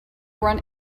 run